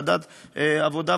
ועדת העבודה,